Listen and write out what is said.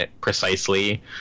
precisely